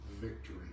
victory